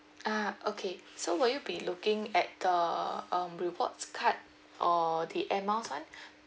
ah okay so would you be looking at the um rewards card or the Air Miles [one]